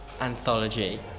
anthology